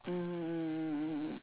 mm